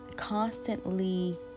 constantly